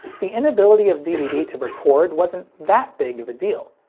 the inability of dvd to record wasn't that big of a deal.